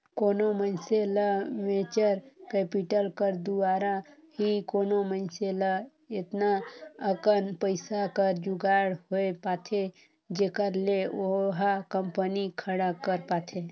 कोनो मइनसे ल वेंचर कैपिटल कर दुवारा ही कोनो मइनसे ल एतना अकन पइसा कर जुगाड़ होए पाथे जेखर ले ओहा कंपनी खड़ा कर पाथे